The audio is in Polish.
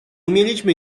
umieliśmy